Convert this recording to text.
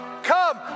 Come